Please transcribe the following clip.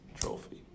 trophy